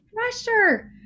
pressure